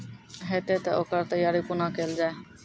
हेतै तअ ओकर तैयारी कुना केल जाय?